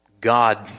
God